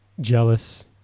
jealous